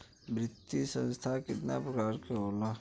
वित्तीय संस्था कितना प्रकार क होला?